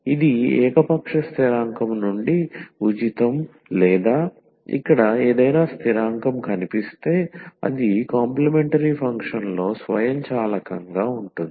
ఇది ఏకపక్ష స్థిరాంకం నుండి ఉచితం లేదా ఇక్కడ ఏదైనా స్థిరాంకం కనిపిస్తే అది కాంప్లిమెంటరీ ఫంక్షన్లో స్వయంచాలకంగా ఉంటుంది